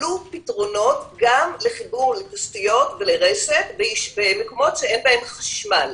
עלו פתרונות גם לחיבור לתשתיות ולרשת במקומות שאין בהם חשמל.